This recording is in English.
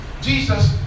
Jesus